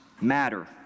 Matter